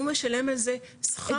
הוא משלם על זה שכר לימוד.